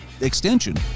extension